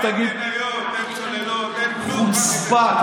אין מניות, אין צוללות, אין כלום חוצפה.